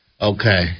Okay